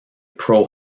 pro